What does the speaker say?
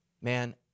Man